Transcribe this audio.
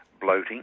bloating